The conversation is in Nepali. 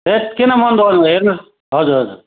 हैत किन मन दुखाउनु हुन्छ हेर्नुहोस् हजुर हजुर